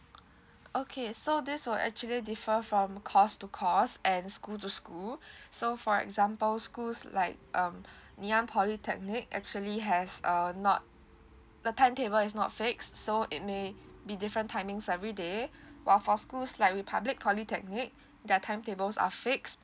okay so this will actually differ from course to course and school to school so for example schools like um ngee ann polytechnic actually has uh not the timetable is not fixed so it may be different timings everyday while for schools like republic polytechnic their timetables are fixed